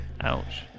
Ouch